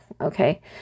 okay